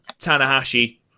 Tanahashi